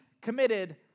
committed